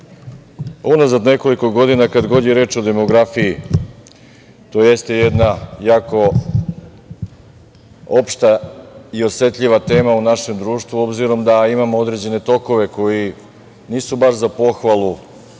unazad nekoliko godina kad god je reč o demografiji, to jeste jedna jako opšta i osetljiva tema u našem društvu obzirom da imamo određene tokove koji nisu baš za pohvalu